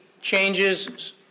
changes